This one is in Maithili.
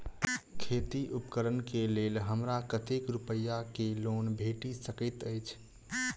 खेती उपकरण केँ लेल हमरा कतेक रूपया केँ लोन भेटि सकैत अछि?